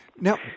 Now